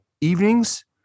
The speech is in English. evenings